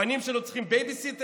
הבנים שלו צריכים בייביסיטר?